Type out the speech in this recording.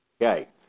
Okay